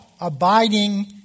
abiding